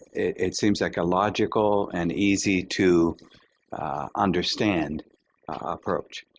it seems like a logical and easy to understand ah approach.